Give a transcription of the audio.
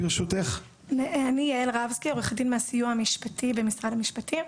אני עורכת דין מהסיוע המשפטי במשרד המשפטים.